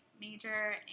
major